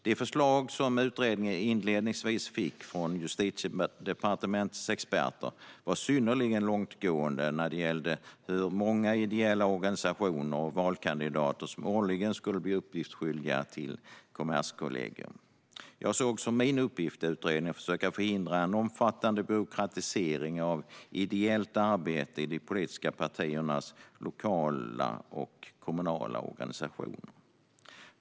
De förslag som utredningen inledningsvis fick från Justitiedepartementets experter var synnerligen långtgående vad gäller hur många ideella organisationer och valkandidater som årligen skulle bli uppgiftsskyldiga till Kommerskollegium. Jag såg som min uppgift i utredningen att försöka förhindra en omfattande byråkratisering av ideellt arbete i de politiska partiernas lokala och kommunala organisationer.